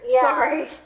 Sorry